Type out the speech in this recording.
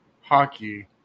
hockey